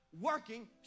working